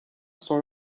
sort